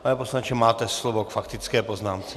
Pane poslanče, máte slovo k faktické poznámce.